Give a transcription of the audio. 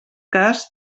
cas